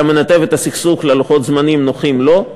הוא היה מנתב את הסכסוך ללוחות זמנים נוחים לו,